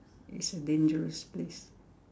it's a dangerous place